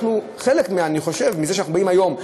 אני חושב שחלק מזה שאנחנו באים היום,